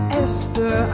esther